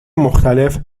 مختلف